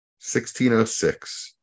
1606